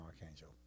archangel